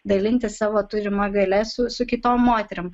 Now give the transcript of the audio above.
dalintis savo turima galia su su kitom moterim